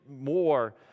more